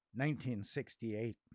1968